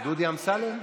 דודי אמסלם?